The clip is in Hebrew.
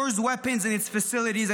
stores weapons in its facilities,